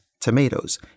tomatoes